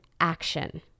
action